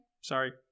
Sorry